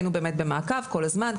היינו באמת במעקב כל הזמן,